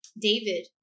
David